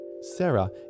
Sarah